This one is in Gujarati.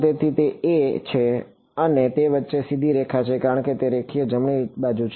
તેથી તે a છે અને તે વચ્ચેની સીધી રેખા છે કારણ કે તે રેખીય જમણી બાજુ છે